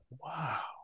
Wow